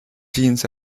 jeans